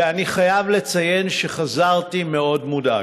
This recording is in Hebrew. ואני חייב לציין שחזרתי מאוד מודאג.